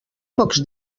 pocs